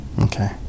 Okay